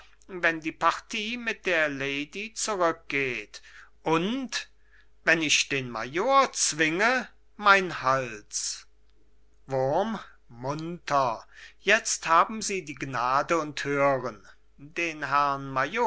wenn die partie mit der lady zurückgeht und wenn ich den major zwinge mein hals wurm munter jetzt haben sie die gnade und hören den herrn